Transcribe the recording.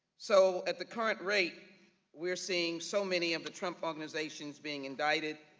so at the current rate we are seeing so many of the trump organizations being indicted.